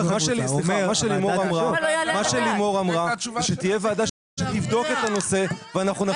מה שלימור אמרה זה שתהיה ועדה שתבדוק את הנושא ואנחנו נחזור עם תשובה.